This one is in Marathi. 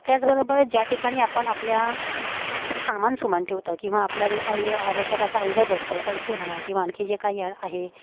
त्याचबरोबर ज्या ठिकाणी आपण आपल्या आपलं सामानसुमान ठेवतं किंवा आपला जो काही आवश्यक असा ऐवज असतो पैसे म्हणा किंवा आणखी जे काही या आहे